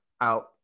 out